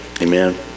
Amen